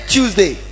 Tuesday